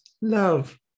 Love